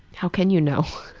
how can you know?